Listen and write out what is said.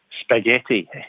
spaghetti